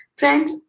friends